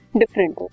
different